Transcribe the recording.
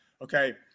okay